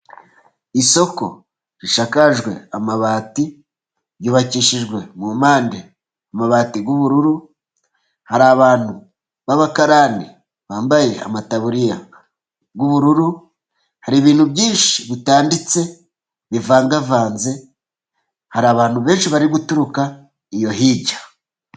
Isoko rishakakajwe amabati yubakishijwe mu mpande, amabati y'ubururu hari abantu b'abakarani bambaye amataburiya y'ubururu, hari ibintu byinshi bitanditse bivangavanze hari abantu benshi bari guturuka iyo hirya.